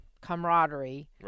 camaraderie